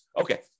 Okay